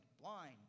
blind